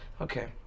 Okay